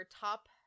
top